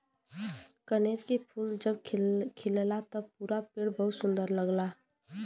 कनेर के फूल जब खिलला त पूरा पेड़ बहुते सुंदर लगला